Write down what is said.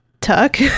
Tuck